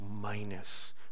minus